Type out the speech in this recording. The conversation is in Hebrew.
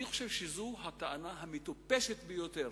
אני חושב שזו הטענה המטופשת ביותר